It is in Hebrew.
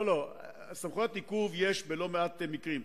סמכויות עיכוב יש בלא-מעט מקרים.